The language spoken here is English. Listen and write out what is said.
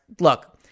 look